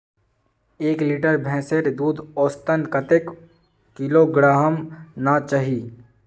एक लीटर भैंसेर दूध औसतन कतेक किलोग्होराम ना चही?